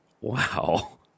Wow